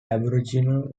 aboriginal